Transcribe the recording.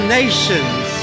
nations